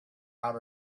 out